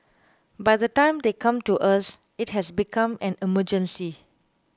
by the time they come to us it has become an emergency